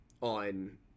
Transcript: on